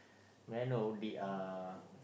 may I know did uh